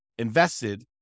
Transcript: invested